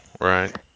right